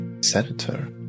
senator